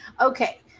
Okay